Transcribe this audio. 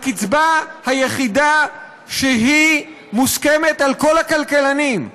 הקצבה היחידה שמוסכמת על כל הכלכלנים,